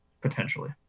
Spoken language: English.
potentially